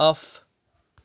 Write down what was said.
off